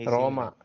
Roma